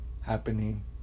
happening